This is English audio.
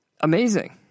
amazing